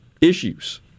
issues